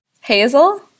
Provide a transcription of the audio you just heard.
hazel